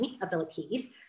abilities